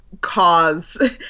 cause